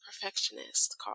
perfectionist